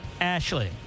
Ashley